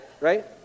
right